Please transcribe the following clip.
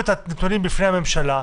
בפני הממשלה.